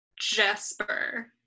Jesper